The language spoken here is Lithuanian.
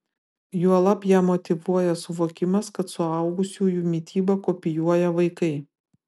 juolab ją motyvuoja suvokimas kad suaugusiųjų mitybą kopijuoja vaikai